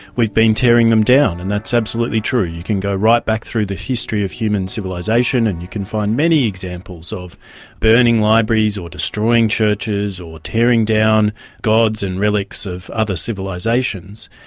we've been tearing them down, and that's absolutely true. you can go right back through the history of human civilisation and you can find many examples of burning libraries or destroying churches or tearing down gods and relics of other civilisations.